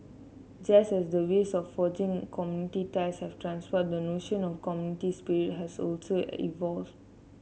just as the ways of forging community ties have transformed the notion of community spirit has also evolved